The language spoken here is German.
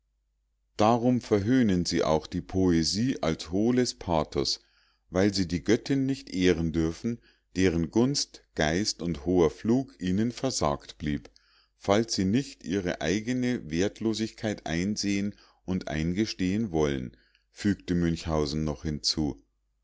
darum verhöhnen sie auch die poesie als hohles pathos weil sie die göttin nicht ehren dürfen deren gunst geist und hoher flug ihnen versagt blieb falls sie nicht ihre eigene wertlosigkeit einsehen und eingestehen wollen fügte münchhausen noch hinzu